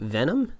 Venom